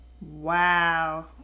Wow